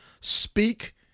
speak